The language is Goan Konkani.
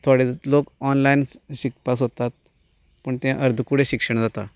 थोडे लोक ऑनलायन शिकपा सोदतात पूण तें अर्दकुटें शिक्षण जाता